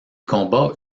combats